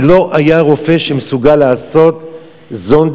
כי לא היה רופא שמסוגל לעשות זונדה,